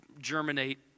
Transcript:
germinate